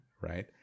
right